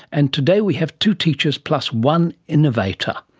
and today we have two teachers plus one innovator.